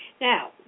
now